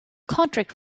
contact